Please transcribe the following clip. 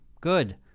good